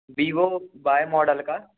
Vivo Y model का